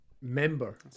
member